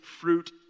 fruit